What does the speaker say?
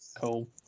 cool